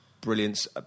brilliance